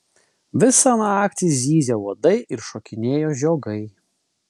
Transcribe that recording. visą naktį zyzė uodai ir šokinėjo žiogai